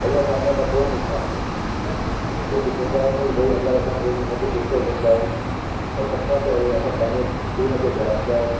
त उहा असांजे मथो ई नुक़सानु कंदी छोकी चवंदा आइन नी भई अगरि असां कंहिंजे मथां गुस्सो कंदा आहियूं त सभु खां पहिरियों असां पंहिंजे खून खे जलाईंदा आहियूं